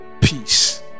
peace